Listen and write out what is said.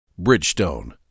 Bridgestone